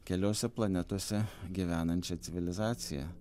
keliose planetose gyvenančia civilizacija